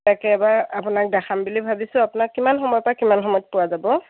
তাকে এবাৰ আপোনাক দেখাম বুলি ভাবিছোঁ আপোনাক কিমান সময়ৰ পৰা কিমান সময়ত পোৱা যাব